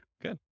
good